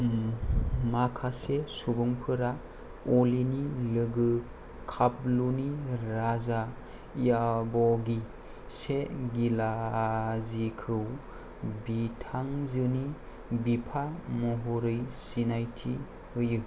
माखासे सुबुंफोरा अलीनि लोगो खापलूनि राजा याबगी शे गिलाजीखौ बिथांजोनि बिफा महरै सिनायथि होयो